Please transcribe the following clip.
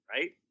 right